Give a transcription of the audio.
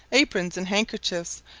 aprons and handkerchiefs,